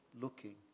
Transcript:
looking